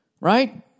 Right